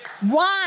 one